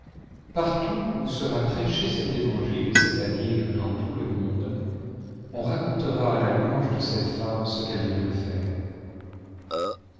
partout où sera prêché cet évangile c'est-à-dire dans tout le monde on racontera à la louange de celle jemme ce qu'elle vient de faire